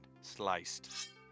Sliced